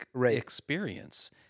experience